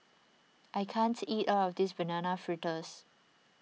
I can't eat all of this Banana Fritters